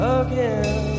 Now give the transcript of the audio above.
again